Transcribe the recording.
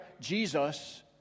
Jesus